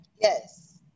Yes